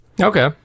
Okay